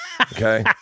okay